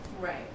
Right